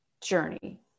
journey